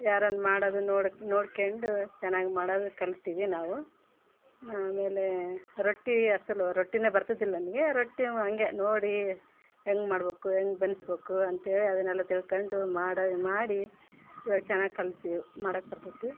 ಯಾರಾರು ಮಾಡೋದನ್ನು ನೋಡಿ ನೋಡ್ಕೊಂಡು ಚೆನ್ನಾಗಿ ಮಾಡೋದು ಕಲಿತೆವು ನಾವು ಆಮೇಲೆ ರೊಟ್ಟಿ ಅಸಲು ರೊಟ್ಟಿಯೇ ಬರ್ತಿದ್ದಿಲ್ಲ ನನಗೆ ರೊಟ್ಟಿ ಹಂಗೆ ನೋಡಿ ಹೆಂಗೆ ಮಾಡ್ಬೇಕು ಹೆಂಗೆ ಬೇಯ್ಸ್ಬೇಕು ಅಂಥೇಳಿ ಅದನೆಲ್ಲ ತಿಳ್ಕೊಂಡು ಮಾಡಿ ಮಾಡಿ ಇವಾಗ ಚೆನ್ನಾಗಿ ಕಲಿತು ಮಾಡೋಕ್ಕೆ ಬರ್ತೈತಿ